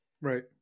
right